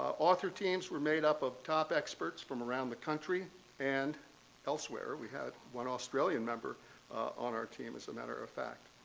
author teams were made up of top experts from around the country and elsewhere. we had one australian member on our team, as a matter of fact.